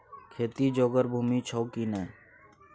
खेती जोगर भूमि छौ की नै?